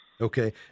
Okay